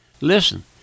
listen